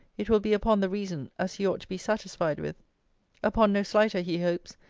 it will be upon the reason, as he ought to be satisfied with upon no slighter, he hopes,